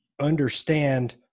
understand